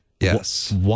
Yes